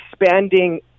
expanding